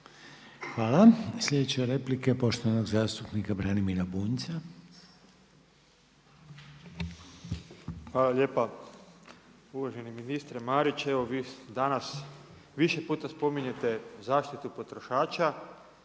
Hvala. Sljedeća replika je poštovanog zastupnika Branimira Bunjca. **Bunjac, Branimir (Živi zid)** Hvala lijepa. Uvaženi ministre Marić. Evo vi danas više puta spominjete zaštitu potrošača,